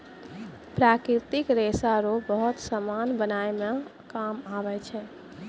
प्राकृतिक रेशा रो बहुत समान बनाय मे काम आबै छै